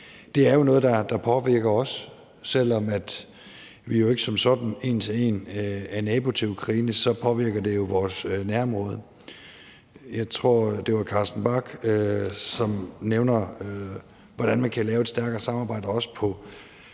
Det er jo noget, der påvirker os, selv om vi jo ikke som sådan en til en er nabo til Ukraine, men det påvirker vores nærområde. Jeg tror, at det var Carsten Bach, som nævnte, hvordan man kan lave et stærkere samarbejde, også på